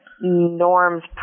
norms